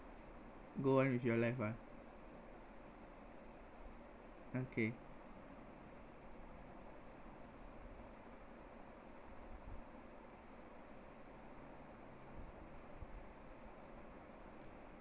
go on with your life ah okay